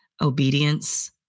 obedience